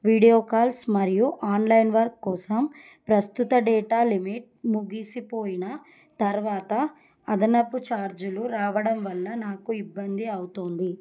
video calls మరియు online work కోసం ప్రస్తుత డేటా లిమిట్ ముగిసిపోయిన తర్వాత అదనపు ఛార్జులు రావడం వల్ల నాకు ఇబ్బంది అవుతుంది